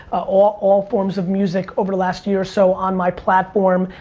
all forms of music over the last year so on my platform.